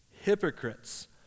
hypocrites